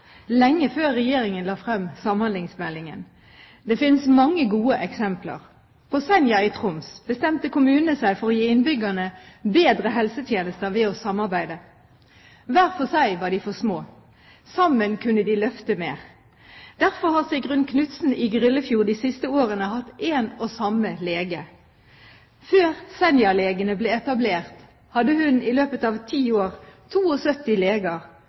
lenge før Regjeringen la frem samhandlingsmeldingen. Det finnes mange gode eksempler. På Senja i Troms bestemte kommunene seg for å gi innbyggerne bedre helsetjenester ved å samarbeide. Hver for seg var de for små. Sammen kunne de løfte mer. Derfor har Sigrun Knutsen i Gryllefjord de siste årene hatt en og samme lege. Før Senjalegen ble etablert, hadde hun i løpet av ti år 72 leger.